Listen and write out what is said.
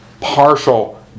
Partial